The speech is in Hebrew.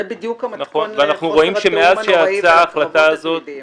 אנחנו רואים שמאז יצאה ההחלטה הזאת